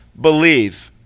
believe